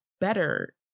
better